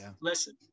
listen